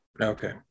Okay